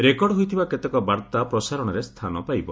record ହୋଇଥିବା କେତେକ ବାର୍ତ୍ତା ପ୍ରସାରଣରେ ସ୍ଥାନ ପାଇବ